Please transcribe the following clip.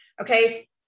Okay